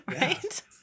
Right